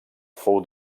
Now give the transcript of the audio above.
fou